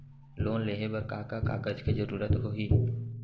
Loan लेहे बर का का कागज के जरूरत होही?